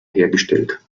hergestellt